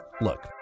look